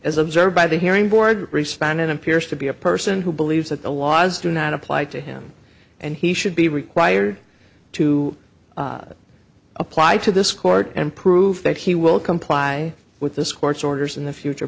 as observed by the hearing board respond it appears to be a person who believes that the laws do not apply to him and he should be required to apply to this court and prove that he will comply with this court's orders in the future